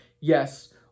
Yes